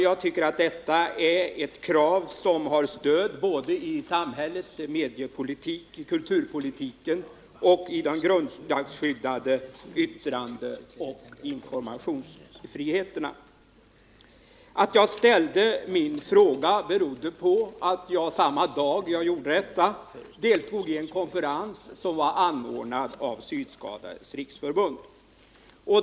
Jag tycker detta är ett krav som har stöd både i samhällets mediepolitik, i kulturpolitiken och i de grundlagsskyddade yttrandeoch informationsfriheterna. Att jag ställde min fråga berodde på att jag samma dag som jag gjorde det deltog i en konferens anordnad av Synskadades riksförbund.